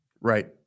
Right